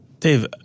Dave